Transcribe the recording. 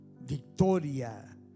Victoria